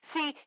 See